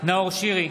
נאור שירי,